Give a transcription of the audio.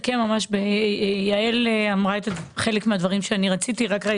יעל אמרה חלק מן הדברים שרציתי להגיד.